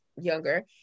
younger